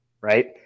Right